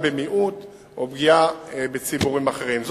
פגיעה במיעוט או פגיעה בציבורים אחרים.